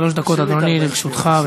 שלוש דקות, אדוני, לרשותך.